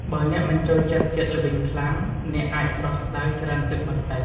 បើអ្នកមិនចូលចិត្តជាតិល្វីងខ្លាំង អ្នកអាចស្រុះស្តៅច្រើនទឹកបន្តិច។